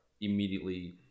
immediately